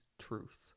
truth